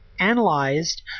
analyzed